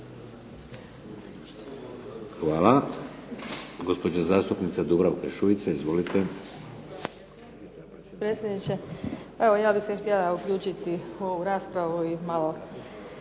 Hvala. Gospođa zastupnica Dubravka Šuica. Izvolite.